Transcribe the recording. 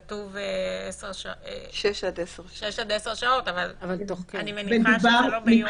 כתוב שש עד עשר שעות, אבל אני מניחה שזה לא ביום.